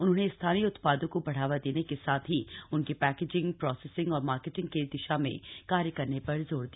उन्होंने स्थानीय उत्पादों को बढ़ावा देने के साथ ही उनकी पैकेजिंग प्रोसेसिंग और मार्केटिंग की दिशा में कार्य करने पर जोर दिया